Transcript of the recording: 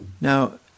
Now